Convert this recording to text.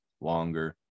longer